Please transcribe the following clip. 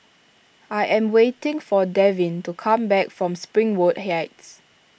I am waiting for Devin to come back from Springwood Heights